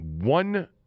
one